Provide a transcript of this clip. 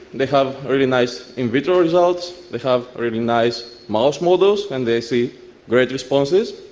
they have really nice in vitro results, they have really nice mouse models, and they see great responses.